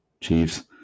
Chiefs